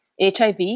HIV